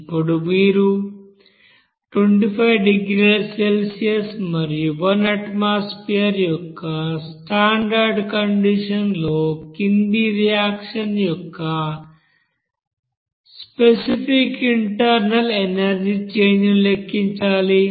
ఇప్పుడు మీరు 25 డిగ్రీల సెల్సియస్ మరియు 1 అట్మాస్పెర్ యొక్క స్టాండర్డ్ కండీషన్స్ లో కింది రియాక్షన్ యొక్క స్పెసిఫిక్ ఇంటర్నల్ ఎనర్జీ చేంజ్ ను లెక్కించాలి